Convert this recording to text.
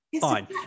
fine